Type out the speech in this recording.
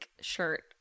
shirt